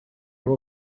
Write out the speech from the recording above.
will